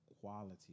quality